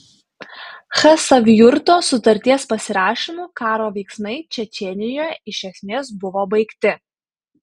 chasavjurto sutarties pasirašymu karo veiksmai čečėnijoje iš esmės buvo baigti